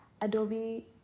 Adobe